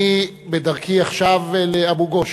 אני בדרכי עכשיו לאבו-גוש